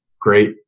great